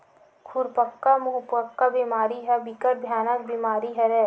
खुरपका मुंहपका बेमारी ह बिकट भयानक बेमारी हरय